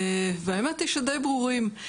והאמת היא שדיי ברורים.